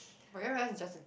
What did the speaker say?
but y'all realise its just a